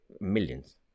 millions